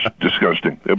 disgusting